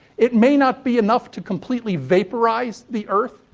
it may not be enough to completely vaporise the earth,